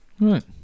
Right